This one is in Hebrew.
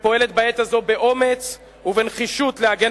שפועלת בעת הזאת באומץ ובנחישות להגן